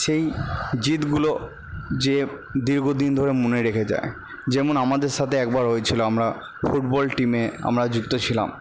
সেই জিতগুলো যে দীর্ঘদিন ধরে মনে রেখে দেয় যেমন আমাদের সাথে একবার হয়েছিলো আমরা ফুটবল টিমে আমরা যুক্ত ছিলাম